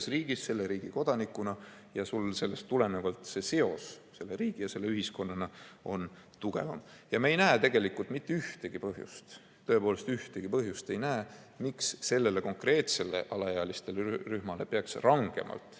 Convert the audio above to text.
riigis selle riigi kodanikuna ja sellest tulenevalt on sul seos selle riigi ja ühiskonnaga tugevam. Ja me ei näe tegelikult mitte ühtegi põhjust – tõepoolest, ühtegi põhjust ei näe! –, miks sellele konkreetsele alaealiste rühmale peaks rangemalt